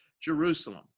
Jerusalem